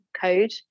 code